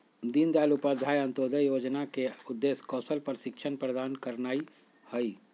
दीनदयाल उपाध्याय अंत्योदय जोजना के उद्देश्य कौशल प्रशिक्षण प्रदान करनाइ हइ